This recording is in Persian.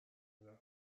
ندارم